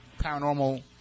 paranormal